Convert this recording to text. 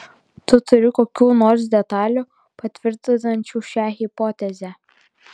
tu turi kokių nors detalių patvirtinančių šią hipotezę